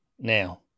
Now